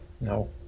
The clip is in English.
No